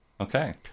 Okay